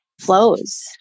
flows